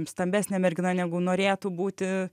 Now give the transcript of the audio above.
stambesnė mergina negu norėtų būti